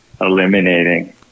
eliminating